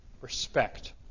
respect